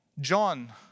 John